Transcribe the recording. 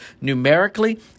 numerically